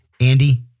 Andy